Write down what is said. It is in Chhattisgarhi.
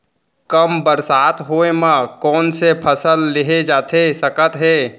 कम बरसात होए मा कौन से फसल लेहे जाथे सकत हे?